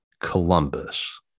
Columbus